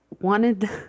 wanted